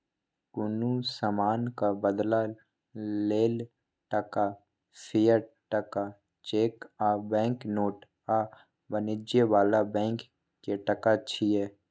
कुनु समानक बदला लेल टका, फिएट टका, चैक आ बैंक नोट आ वाणिज्य बला बैंक के टका छिये